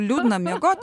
liūdna miegoti